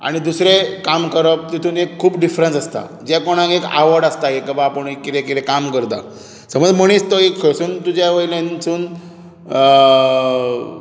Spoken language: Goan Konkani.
आनी दुसरें काम करप तातूंत एक खूब डिफरन्स आसता जे कोणाक एक आवड आसता एक आबा आपूण कितें कितें काम करता समज मनीस तो एक खंयसून तुज्या वयल्यानसून